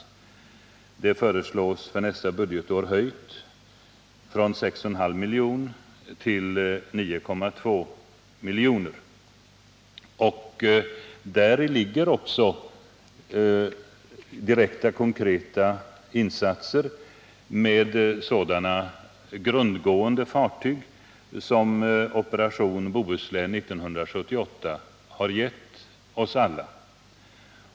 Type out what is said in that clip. Anslaget föreslås för nästa budgetår höjt från ca 6,5 milj.kr. till ca 9,2 milj.kr. Däri ligger också insatser med sådana grundgående fartyg som ”Operation Bohuslän 1978” visat oss att vi behöver.